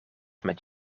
met